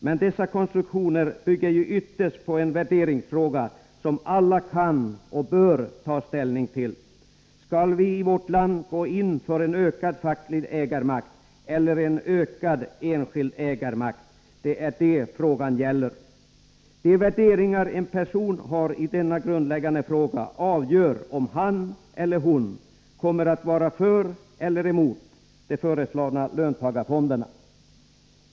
Men dessa konstruktioner bygger ju ytterst på en värderingsfråga, som alla kan och bör ta ställning till: Skall vi i vårt land gå in för en ökad facklig ägarmakt eller en ökad enskild ägarmakt? Det är det frågan gäller. De värderingar en person har i denna grundläggande fråga avgör om han eller hon kommer att vara för eller emot de föreslagna löntagarfonderna.